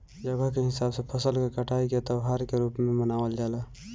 जगह के हिसाब से फसल के कटाई के त्यौहार के रूप में मनावल जला